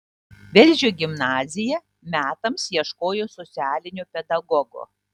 velžio gimnazija metams ieškojo socialinio pedagogo